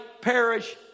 perish